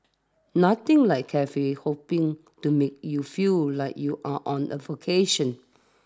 nothing like cafe hopping to make you feel like you're on a vocation